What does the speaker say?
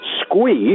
squeeze